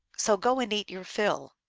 so go and eat your fill.